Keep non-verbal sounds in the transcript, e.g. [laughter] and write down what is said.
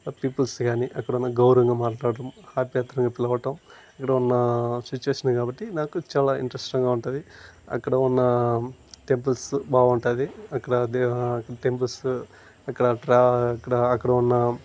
peoples కానీ అక్కడ ఉన్న గౌరవంగా మాట్లాడటం [unintelligible] పిలవటం అక్కడ ఉన్న సిట్యుయేషన్ కాబట్టి నాకు చాలా ఇంట్రెస్టింగా ఉంటుంది అక్కడ ఉన్న టెంపుల్స్ బాగుంటాది అక్కడ [unintelligible] టెంపుల్స్ అక్కడ [unintelligible] అక్కడ అక్కడ ఉన్న